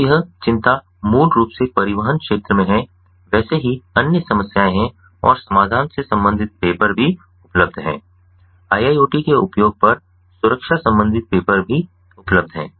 तो यह चिंता मूल रूप से परिवहन क्षेत्र में है वैसे ही अन्य समस्याएं हैं और समाधान से संबंधित पेपर भी उपलब्ध हैं IIoT के उपयोग पर सुरक्षा संबंधी पेपर भी उपलब्ध हैं